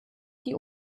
die